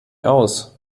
aus